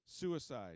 suicide